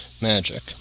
magic